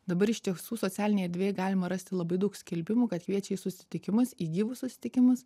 dabar iš tiesų socialinėje erdvėje galima rasti labai daug skelbimų kad kviečia į susitikimus į gyvus susitikimus